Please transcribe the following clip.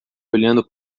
olhando